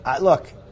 Look